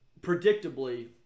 predictably